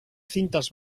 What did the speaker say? cintas